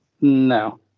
no